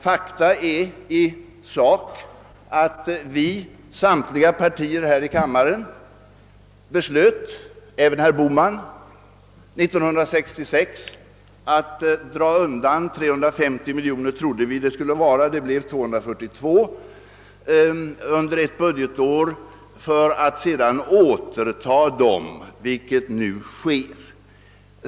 Fakta i sak är att samtliga partier i riksdagen år 1966 beslöt, och även herr Bohman var med om det beslutet, att dra undan 350 miljoner kronor — det blev i verkligheten 242 miljoner kronor — under ett budgetår för att sedan återföra detta belopp till försvarsbudgeten, något som nu sker.